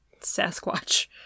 Sasquatch